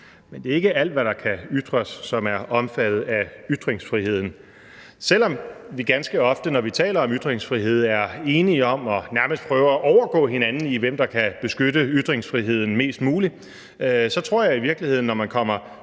men det er ikke alt, hvad der kan ytres, som er omfattet af ytringsfriheden. Selv om vi ganske ofte, når vi taler om ytringsfrihed, er enige om nærmest at prøve at overgå hinanden i, hvem der kan beskytte ytringsfriheden mest muligt, så tror jeg i virkeligheden, når man kommer